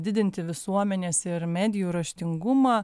didinti visuomenės ir medijų raštingumą